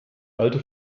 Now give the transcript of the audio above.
alte